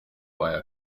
via